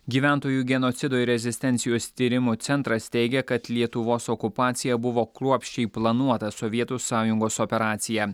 gyventojų genocido ir rezistencijos tyrimų centras teigia kad lietuvos okupacija buvo kruopščiai planuota sovietų sąjungos operacija